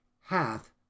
hath